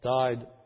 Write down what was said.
died